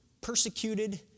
persecuted